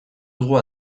dugu